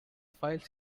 file